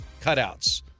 cutouts